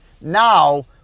Now